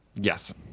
Yes